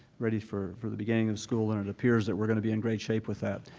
ready for for the beginning of school and it appears that we're going to be in great shape with that.